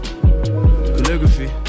Calligraphy